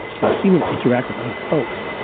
but i've seen him interact with other folks,